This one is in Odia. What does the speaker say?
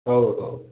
ହଉ ହଉ